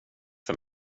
för